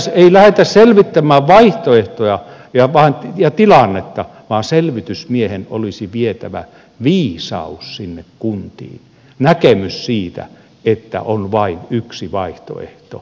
ei lähdetä selvittämään vaihtoehtoja ja tilannetta vaan selvitysmiehen olisi vietävä viisaus sinne kuntiin näkemys siitä että on vain yksi vaihtoehto